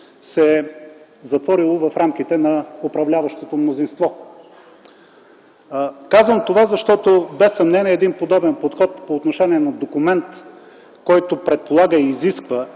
се е затворило в рамките на управляващото мнозинство. Казвам това, защото без съмнение един подобен подход по отношение на документ, който предполага и изисква